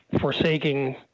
forsaking